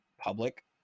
public